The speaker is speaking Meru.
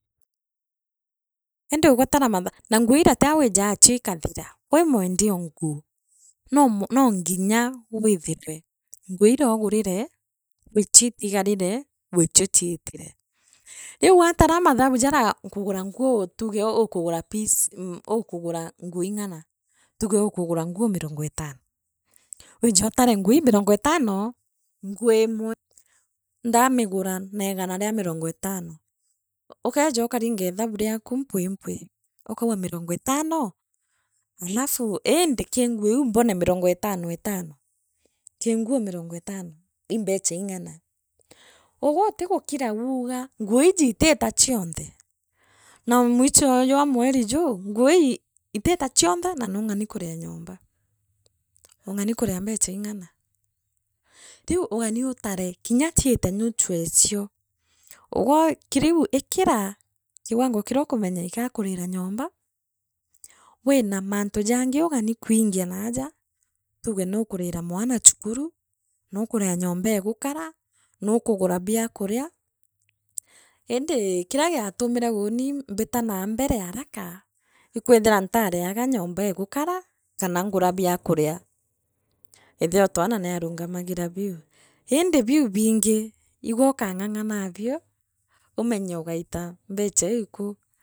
Indi ugwe tara matha na nguu iria tia wiijachio ikathira wii mwendioguu noomwa noonginya withire nguu iria ugurire gwichio itigarire gwicho chiitire riu waatare mathabu jaria kugura nguu tuuge ukugura pici mmh ukugura nguu ing’ana tugi ukugura nguu mirongoetano wije utane nguu ii mirongo etano nguu imwe ndamigura negana ria mirongo etano ukeeja ukaninga ithabu niaku mpwi ukauga mirongo etano alafu indi kiirguu iu mbne mirpngo etano etano kii nguu mirongo etano ii mbecha ing’ana ugwe utigukiraa uugaa nguu iiji itiita chonthe naa oo mwicho jwa mweri juu nguu ii itiita chionthe naa nuung’ani kuria nyomba ung’ani kuria mbecha ing’ana riu ungani utare kinya chiite nuchu echio ugwe kiriu ikira kiwango kiria ukumenya gigakuriira nyomba wina mantu jangi ugani kuingia naaja tuuge nuukurira mwana chukuru nuukuria nyombeegu kara nuukugure bia kuria indi kiria giatumire uuni mbila naa mbele araka ikwithira ntariaga nyoumbee gukana kana ngura bia kuria iitheotwana naarungamagira biu indi biu bingi igwe ukang’ang’anabio umenye ugaita mbecha iu kuu.